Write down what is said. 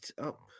up